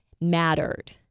mattered